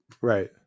Right